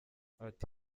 ati